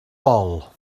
bol